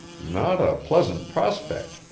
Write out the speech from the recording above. not a pleasant prospect,